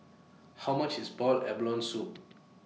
How much IS boiled abalone Soup